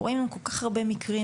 אנחנו ראינו כל כך הרבה מקרים,